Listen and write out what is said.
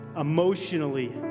emotionally